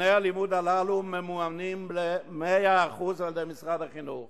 תוכני הלימוד הללו ממומנים ב-100% על-ידי משרד החינוך.